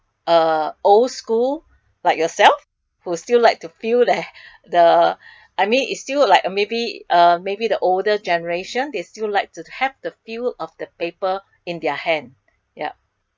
uh old school like yourself who still like to feel that the I mean is still like maybe uh maybe the older generation they still like to have the feel of paper in their hand yup